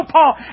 Paul